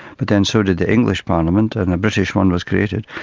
but then so did the english parliament and a british one was created.